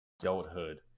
adulthood